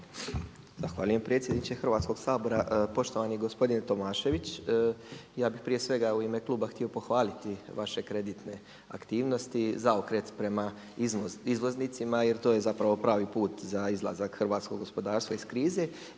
Zahvaljujem predsjedniče Hrvatskog sabora. Poštovani gospodine Tomašević, ja bih prije svega u ime kluba htio pohvaliti vaše kreditne aktivnosti, zaokret prema izvoznicima jer to je pravi put za izlazak hrvatskog gospodarstva iz krize.